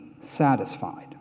satisfied